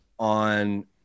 on